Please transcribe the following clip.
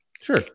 sure